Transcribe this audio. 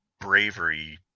bravery